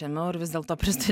ėmiau ir vis dėlto prista